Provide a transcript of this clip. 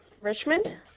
Richmond